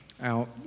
out